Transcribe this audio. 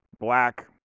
black